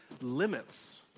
limits